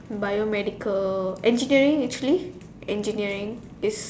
biomedical engineering actually engineering is